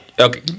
Okay